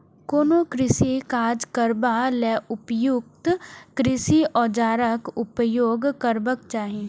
कोनो कृषि काज करबा लेल उपयुक्त कृषि औजारक उपयोग करबाक चाही